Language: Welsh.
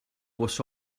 bws